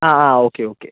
ആ ആ okay okay